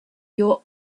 your